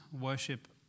worship